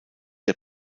der